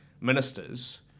ministers